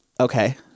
Okay